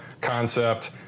concept